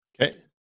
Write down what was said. Okay